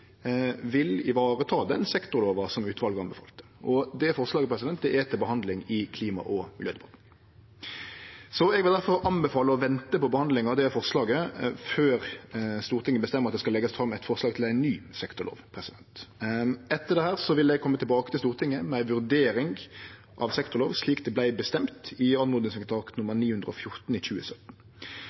vil vareta den sektorlova som utvalet anbefalte. Det forslaget er til behandling i Klima- og miljødepartementet. Eg vil difor anbefale å vente på behandlinga av det forslaget før Stortinget bestemmer at det skal leggjast fram eit forslag til ny sektorlov. Etter dette vil eg kome tilbake til Stortinget med ei vurdering av sektorlov, slik det vart bestemt i oppmodingsvedtak nr. 914 i 2017.